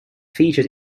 featured